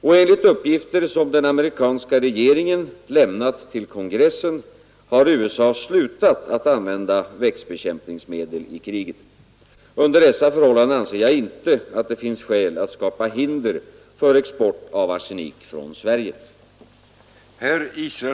Och enligt uppgifter som den amerikanska regeringen lämnat till kongressen har USA slutat att använda växtbekämpningsmedel i kriget. Under dessa förhållanden anser jag inte att det finns skäl att skapa hinder för export av arsenik från Sverige.